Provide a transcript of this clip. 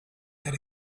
that